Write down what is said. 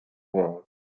world